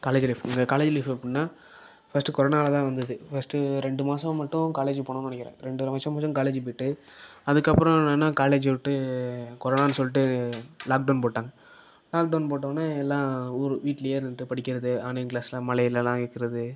college life எங்கள் college life எப்புடின்னா first கொரோனாவில் தான் வந்துது ஃபர்ஸ்ட்டு ரெண்டு மாதம் மட்டும் காலேஜ் போனோம்ன்னு நினைக்கிறேன் ரெண்டு மாதம் மட்டும் காலேஜ் போயிட்டு அதுக்கப்புறம் என்னென்னால் காலேஜ் விட்டு கொரோனான்னு சொல்லிட்டு லாக் டவுன் போட்டாங்க லாக் டவுன் போட்டவொடனே எல்லாம் ஊரு வீட்லேயே இருந்துட்டு படிக்கிறது ஆன்லைன் கிளாஸில் மழையிலெல்லாம் இருக்கிறது